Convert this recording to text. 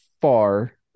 far